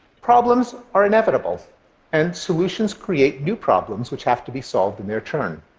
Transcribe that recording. problems are inevitable and solutions create new problems which have to be solved in their turn.